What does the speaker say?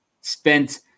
Spent